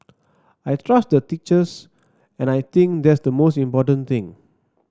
I trust the teachers and I think that's the most important thing